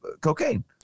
cocaine